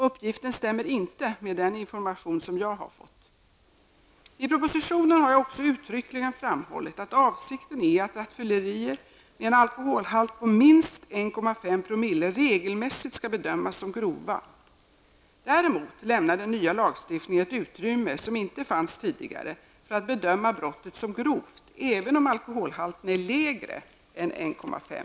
Uppgiften stämmer inte med de informationer som jag har fått. I propositionen har jag också uttryckligen framhållit att avsikten är att rattfyllerier med en alkoholhalt på minst 1,5 " regelmässigt skall bedömas som grova. Däremot lämnar den nya lagstiftningen ett utrymme som inte fanns tidigare för att bedöma brottet som grovt även om alkoholhalten är lägre än 1,5 ".